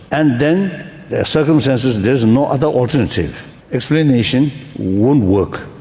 and then their circumstances there is no other alternative explanation won't work.